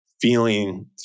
feeling